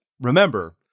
remember